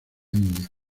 india